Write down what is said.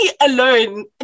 alone